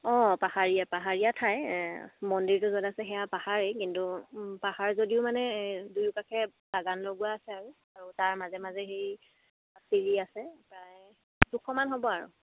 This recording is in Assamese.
অঁ পাহাৰীয়া পাহাৰীয়া ঠাই মন্দিৰটো য'ত আছে সেয়া পাহাৰেই কিন্তু পাহাৰ যদিও মানে দুয়োকাষে বাগান লগোৱা আছে আৰু আৰু তাৰ মাজে মাজে সেই চিৰি আছে প্ৰায় দুশমান হ'ব আৰু